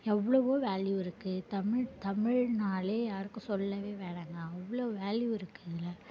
எவ்வளோவோ வேல்யூ இருக்கு தமிழ் தமிழ்னால் யாருக்கும் சொல்லவே வேணாங்க அவ்வளோ வேல்யூ இருக்குது இதில்